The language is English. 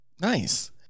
Nice